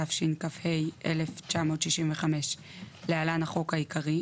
התשכ"ה 1965 (להלן החוק העיקרי),